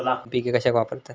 NPK कशाक वापरतत?